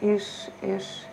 iš iš